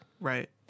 Right